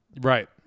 Right